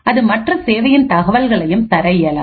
அது மற்ற சேவையின் தகவல்களையும் தர இயலாது